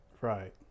Right